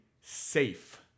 safe